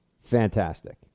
fantastic